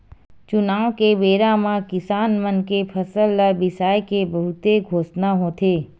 चुनाव के बेरा म किसान मन के फसल ल बिसाए के बहुते घोसना होथे